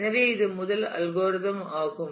எனவே இது முதல் அல்கோரிதம் ஆகும்